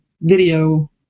video